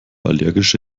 allergische